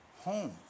home